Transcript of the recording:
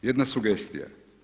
Jedna sugestija.